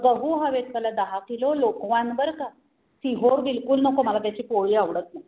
गहू हवे आहेत मला दहा किलो लोकवान बरं का सिहोर बिलकुल नको मला त्याची पोळी आवडत नही